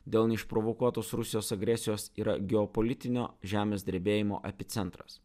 dėl neišprovokuotos rusijos agresijos yra geopolitinio žemės drebėjimo epicentras